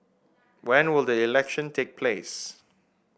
when will the election take place